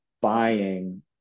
buying